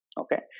okay